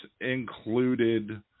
included